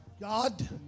God